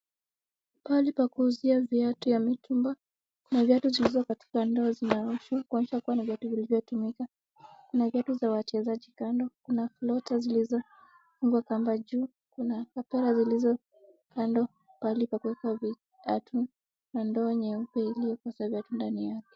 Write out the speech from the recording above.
Pahali pa kuuzia viatu ya mitumba. Kuna viatu zilizo katika ndoo zinaoshwa kuonyesha kwamba ni viatu vilivyotumika ,kuna viatu za wachezaji kando, kuna flota zilizofungwa kamba juu, kuna papara zilizo kando pahali pa kueka viatu na ndoo nyeupe iliyokosa viatu ndani yake.